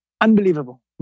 unbelievable